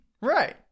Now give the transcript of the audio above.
right